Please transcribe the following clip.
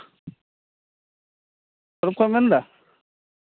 ᱥᱳᱨᱩᱢ ᱠᱷᱚᱱᱮᱢ ᱢᱮᱱᱫᱟ